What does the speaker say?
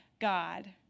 God